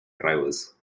divers